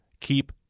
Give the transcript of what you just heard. keep